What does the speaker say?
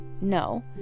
no